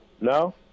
No